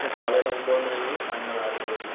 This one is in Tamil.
ஆ காலையில் ஒம்போது மணியிலேருந்து சாயங்காலம் ஆறு மணி வரைக்கும்ங்க